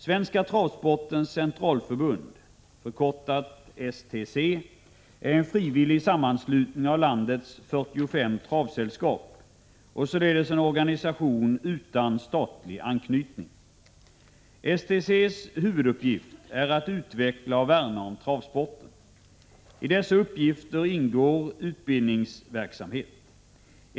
Svenska travsportens centralförbund — STC =— är en frivillig sammanslutning av landets 45 travsällskap och således en organisation utan statlig anknytning. STC:s huvuduppgift är att utveckla och värna om travsporten. I dessa uppgifter ingår utbildningsverksamhet.